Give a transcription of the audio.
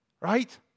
right